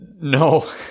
No